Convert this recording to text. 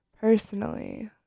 personally